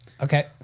Okay